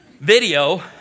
video